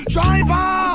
Driver